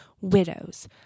widows